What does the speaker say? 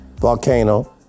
volcano